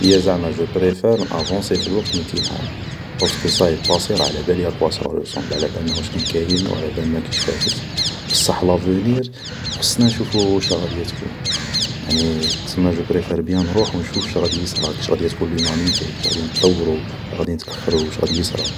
هي زعما جو بريفار نافونصي في الوقت ميتين عام بارسكو صايي ، الباسي علابالي اكوا صا روصومبل ، علابالنا واش كان كاين و علابالنا كيش فاتت ، بصح لافونير خصنا نشوفو شا غاديا تكون ، يعني سما جو بريفار بيان نروح و نشوف شا غادي يصرى ، كيش غاديا تكون ليمانيتي ، كيش غادي نطورو ولا نتاخرو ، واش غادي يصرا